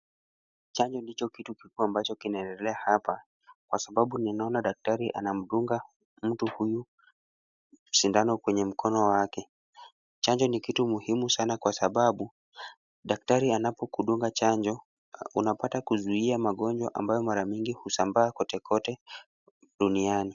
Chanjo ndicho kitu kikubwa ambacho kinaendelea hapa kwa sababu ninaona daktari anamdunga mtu huyu Usindano kwenye mkono wake. Chanjo ni kitu muhimu sana kwa sababu daktari anapokudunga chanjo, unapata kuzuia magonjwa ambayo mara nyingi husambaa kote kote, duniani.